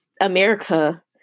America